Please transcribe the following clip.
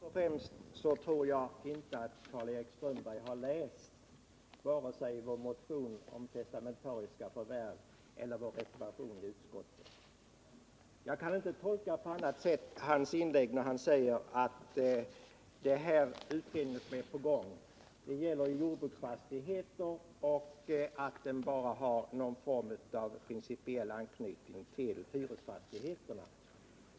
Herr talman! Först och främst tror jag inte att Karl-Erik Strömberg har läst vare sig vår motion om testamentariska förvärv eller vår reservation vid utskottets betänkande. Jag kan inte tolka hans inlägg på annat sätt när han säger, att den utredning som pågår gäller jordbruksfastigheter och bara har en principiell anknytning till hyresfastigheterna.